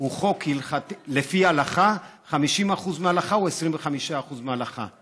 הוא חוק לפי הלכה, 50% מההלכה או 25% מההלכה.